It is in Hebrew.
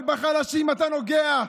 אבל בחלשים אתה נוגע,